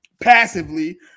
passively